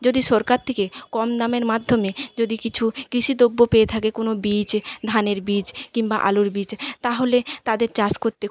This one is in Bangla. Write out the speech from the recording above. যদি সরকার থেকে কম দামের মাধ্যমে যদি কিছু কৃষি দ্রব্য পেয়ে থাকে কোনো বীজ ধানের বীজ কিম্বা আলুর বীজ তাহলে তাদের চাষ করতে